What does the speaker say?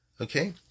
Okay